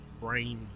brain